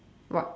what